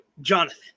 Jonathan